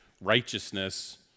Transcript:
righteousness